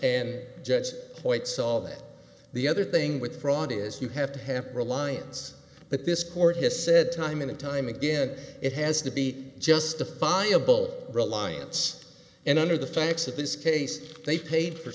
and judge hoyt saw that the other thing with fraud is you have to have reliance but this court has said time and time again it has to be justifiable reliance and under the facts of this case they paid for